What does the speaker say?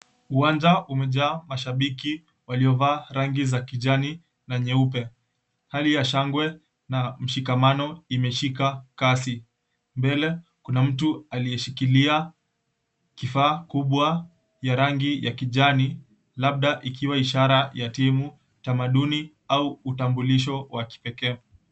Uwanja umejaa mashabiki waliovaa rangi za kijani na nyeupe, hali ya shangwe na mshikamano imeshika kazi, mbele kuna mtu aliyeshikilia kifaa kubwa ya rangi ya kijani labda ikiwa ishara ya timu tamaduni au utambulisho wa kipekee.